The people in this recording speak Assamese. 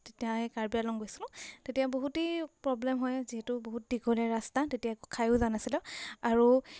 তেতিয়া এই কাৰ্বি আংলং গৈছিলোঁ তেতিয়া বহুতেই প্ৰব্লেম হয় যিহেতু বহুত দীঘলীয়া ৰাস্তা তেতিয়া একো খায়ো যোৱা নাছিলোঁ আৰু